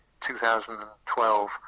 2012